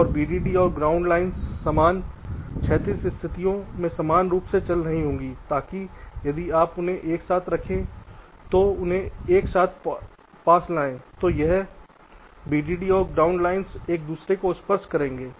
और VDD और ground lines समान क्षैतिज स्थितियों में समान रूप से चल रही होंगी ताकि यदि आप उन्हें साथ साथ रखें तो उन्हें एक साथ पास लाएँ तो यह VDD और ग्राउंड लाइन एक दूसरे को स्पर्श करेंगे